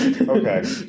Okay